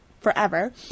forever